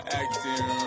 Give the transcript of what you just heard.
acting